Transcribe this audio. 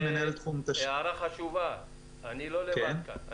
והערה חשובה, אני לא לבד כאן.